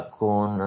con